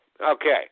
Okay